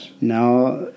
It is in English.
Now